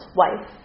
wife